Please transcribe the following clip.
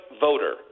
voter